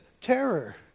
terror